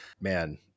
Man